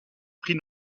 prix